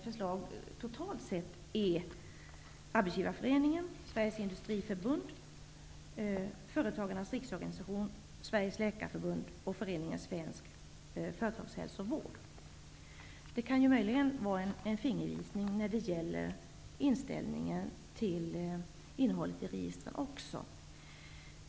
Företagarnas riksorganisation, Sveriges läkarförbund och Föreningen Svensk företagshälsovård. Det kan möjligen vara en fingervisning också när det gäller inställningen till innehållet i registret.